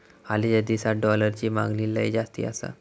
हालीच्या दिसात डॉलरची मागणी लय जास्ती आसा